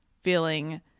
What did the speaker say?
feeling